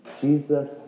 Jesus